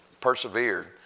persevered